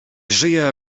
żyje